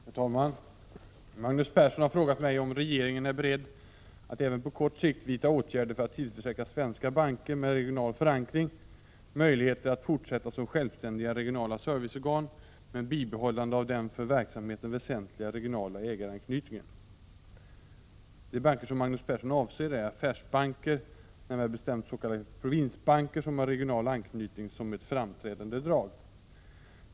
Herr talman! Magnus Persson har frågat mig om regeringen är beredd att även på kort sikt vidta åtgärder för att tillförsäkra svenska banker med regional förankring möjligheter att fortsätta som självständiga regionala serviceorgan med bibehållande av den för verksamheten väsentliga regionala ägaranknytningen. De banker som Magnus Persson avser är affärsbanker, närmare bestämt s.k. provinsbanker som har regional anknytning som ett framträdande drag.